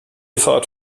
fahrt